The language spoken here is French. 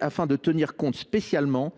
afin de tenir compte spécialement